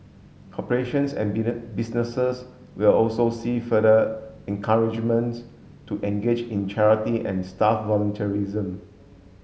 corporations and businesses will also see further encouragement to engage in charity and staff volunteerism